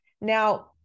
now